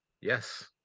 Yes